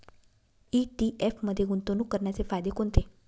ETF मध्ये गुंतवणूक करण्याचे फायदे कोणते?